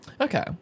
Okay